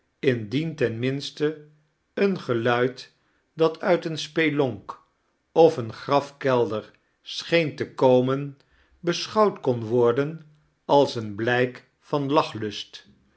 indien ten minete een geluid dat uit een spelonk of een grafkelder seheem te komen beschouwd kon worden als een blijk van lachlust